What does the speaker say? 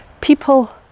People